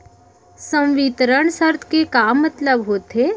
संवितरण शर्त के का मतलब होथे?